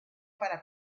para